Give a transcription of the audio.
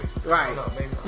right